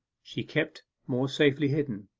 she kept more safely hidden.